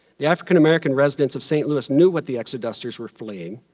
the african american residents of st. louis knew what the exodusters were fleeing,